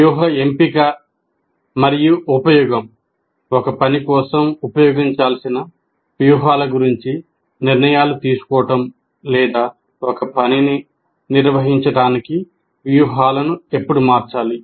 వ్యూహ ఎంపిక మరియు ఉపయోగం ఒక పని కోసం ఉపయోగించాల్సిన వ్యూహాల గురించి నిర్ణయాలు తీసుకోవడం లేదా ఒక పనిని నిర్వహించడానికి వ్యూహాలను ఎప్పుడు మార్చాలి